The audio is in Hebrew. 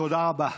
תודה רבה.